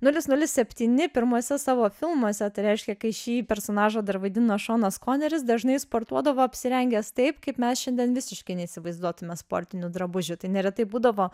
nulis nulis septyni pirmuose savo filmuose tai reiškia kai šį personažą dar vaidino šonas koneris dažnai sportuodavo apsirengęs taip kaip mes šiandien visiškai neįsivaizduotume sportinių drabužių tai neretai būdavo